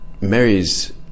Mary's